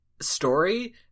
story